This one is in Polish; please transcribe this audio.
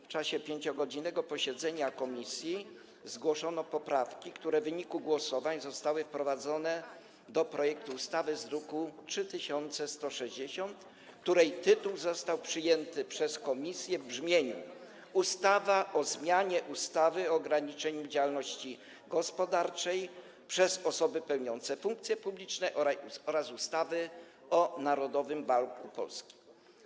W czasie 5-godzinnego posiedzenia komisji zgłoszono poprawki, które w wyniku głosowań zostały wprowadzone do projektu ustawy z druku nr 3160, której tytułowi komisja nadała brzmienie: ustawa o zmianie ustawy o ograniczeniu prowadzenia działalności gospodarczej przez osoby pełniące funkcje publiczne oraz ustawy o Narodowym Banku Polskim.